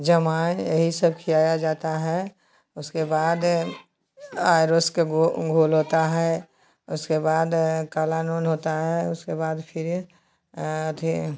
ज़माइन यही सब खिलाया जाता है उसके बाद आर एस का घो घोल होता है उसके बाद काला नून होता है उसके बाद फिर अथी